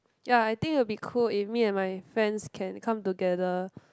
ya I think it will be cool if me and my friends can come together